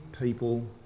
people